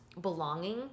belonging